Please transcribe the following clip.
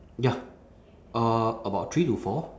ya uh about three to four